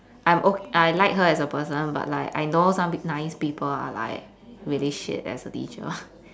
I'm o~ I like her as a person but like I know some pe~ nice people are like really shit as a teacher